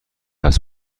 است